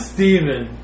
Steven